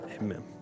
amen